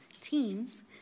teams